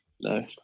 No